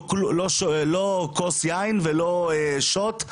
לא כוס יין ולא שוט.